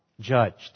judged